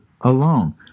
alone